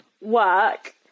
work